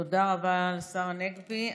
תודה רבה לשר הנגבי.